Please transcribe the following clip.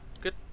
Good